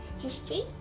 history